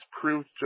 proved